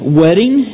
wedding